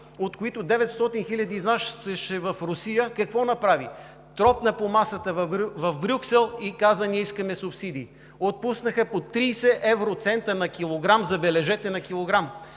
от които 900 хиляди изнасяше в Русия, какво направи? Тропна по масата в Брюксел и каза: „Ние искаме субсидии!“ Отпуснаха по 30 евроцента на килограм, забележете, на килограм.